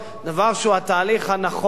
דבר שהוא התהליך הנכון,